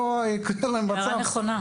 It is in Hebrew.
זוהי הערה נכונה.